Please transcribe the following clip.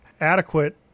adequate